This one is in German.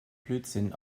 blödsinn